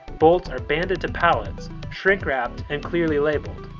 bolts are banded to pallets, shrink wrapped, and clearly labeled.